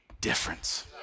difference